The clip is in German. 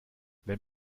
wenn